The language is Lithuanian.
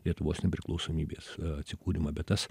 lietuvos nepriklausomybės atsikūrimą bet tas